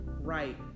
right